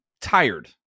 tired